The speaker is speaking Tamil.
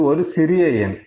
இது ஒரு சிறிய எண்